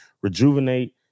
rejuvenate